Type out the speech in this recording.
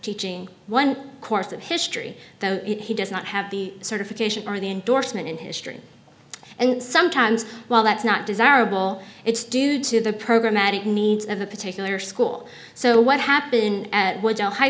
teaching one course of history though he does not have the certification or the endorsement in history and sometimes while that's not desirable it's due to the program magic needs of a particular school so what happened in high